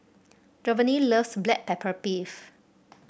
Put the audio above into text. Jovanny loves Black Pepper Beef